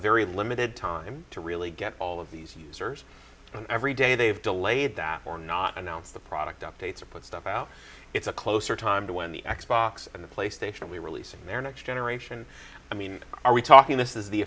very limited time to really get all of these users on every day they've delayed that or not announce the product updates or put stuff out it's a closer time to when the x box and the playstation we're releasing their next generation i mean are we talking this is the